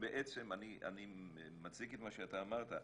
שבעצם אני מציג את מה שאתה אמרת.